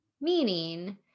meaning